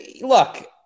look